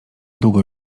długo